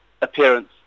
appearance